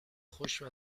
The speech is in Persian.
خشک